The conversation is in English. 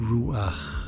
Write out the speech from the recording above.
Ruach